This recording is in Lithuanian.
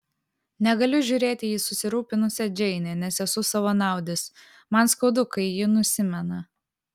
negaliu žiūrėti į susirūpinusią džeinę nes esu savanaudis man skaudu kai ji nusimena